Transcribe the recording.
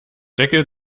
deckel